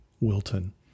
Wilton